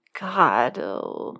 God